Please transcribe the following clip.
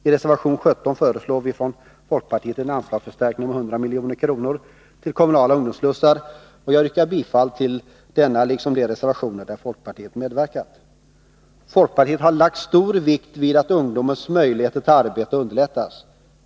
I reservation 17 föreslår vi från folkpartiet en anslagsförstärkning om 100 milj.kr. till kommunala ungdomsslussar, och jag yrkar bifall till denna reservation, liksom till alla reservationer där folkpartiet medverkat. Folkpartiet har lagt stor vikt vid att ungdomars möjligheter till arbete underlättas.